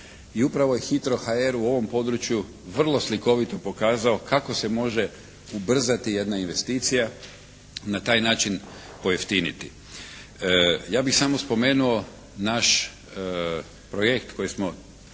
I upravo je «Hitro HR» u ovom području vrlo slikovito pokazao kako se može ubrzati jedna investicija. Na taj način pojeftiniti. Ja bih samo spomenuo naš projekt koji smo